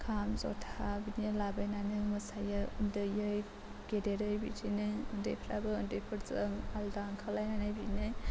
खाम जथा बिदिनो लाबायनानै मोसायो उन्दैयै गेदेरै बिदिनो उन्दैफ्राबो उन्दैफोरजों आलादा ओंखारलायनानै बिदिनो